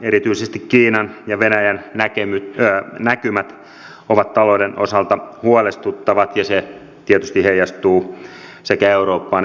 erityisesti kiinan ja venäjän näkymät ovat talouden osalta huolestuttavat ja se tietysti heijastuu sekä eurooppaan että suomeen